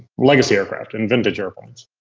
legacy aircraft and vintage airplanes?